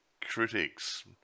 critics